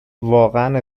واقعا